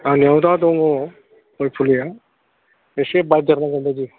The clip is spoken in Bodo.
आंनियाव दा दङ गय फुलिया एसे बायदेर बावगोन बायदि